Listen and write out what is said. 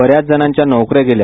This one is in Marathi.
बऱ्याच जणांच्या नोकऱ्या गेल्या